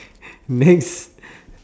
next